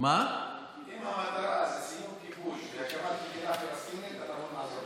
אם המטרה היא סיום הכיבוש והקמת מדינה פלסטינית אנחנו נעזור לכם.